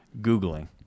googling